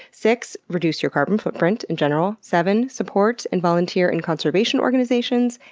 six. reduce your carbon footprint in general. seven. support and volunteer in conservation organizations.